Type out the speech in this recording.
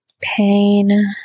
pain